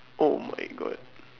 oh my god